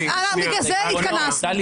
בגלל זה התכנסנו.